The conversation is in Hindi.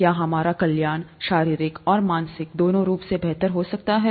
क्या हमारा कल्याण शारीरिक और मानसिक दोनों रूप से बेहतर हो सकता है